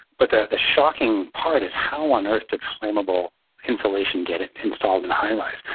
but the the shocking part is how on earth did flammable insulation get installed in high-rise?